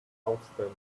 outstanding